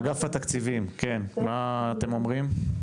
אגף התקציבים, מה אתם אומרים?